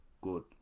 good